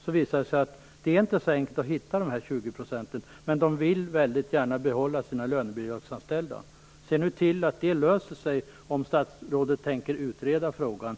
Då skall det visa sig att det inte är så enkelt att hitta dessa 20 % men att de väldigt gärna vill behålla sina lönebidragsanställda. Se nu till att detta löser sig, om statsrådet tänker utreda frågan!